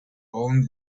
own